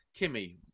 Kimmy